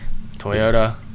Toyota